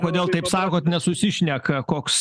kodėl taip sakot nesusišneka koks